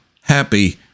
happy